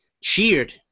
cheered